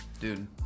Dude